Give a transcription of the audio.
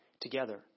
together